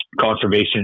conservation